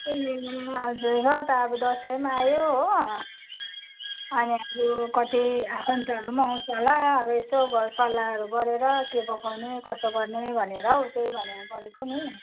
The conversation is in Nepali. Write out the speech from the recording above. ए हजुर र त अब दसैँ पनि आयो हो अनि अब कति आफन्तहरू पनि आउँछ होला अब यसो घर सल्लाहहरू गरेर के पकाउने कसो गर्ने भनेर हौ त्यही भनेर गरेको नि